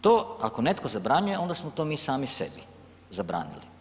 To ako netko zabranjuje onda smo to mi sami sebi zabranili.